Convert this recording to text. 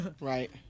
Right